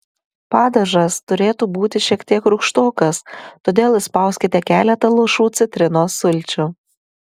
padažas turėtų būti šiek tiek rūgštokas todėl įspauskite keletą lašų citrinos sulčių